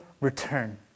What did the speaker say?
return